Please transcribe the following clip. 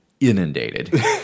inundated